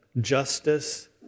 justice